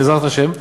בעזרת השם,